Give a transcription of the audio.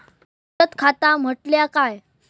बचत खाता म्हटल्या काय?